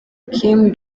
kim